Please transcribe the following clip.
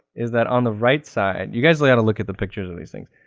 is that on the right side, you guys got to look at the pictures of these things,